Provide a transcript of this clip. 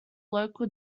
local